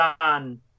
done